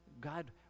God